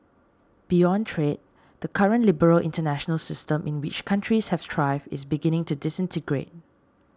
beyond trade the current liberal international system in which countries have thrived is beginning to disintegrate